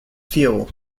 fuel